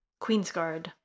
queensguard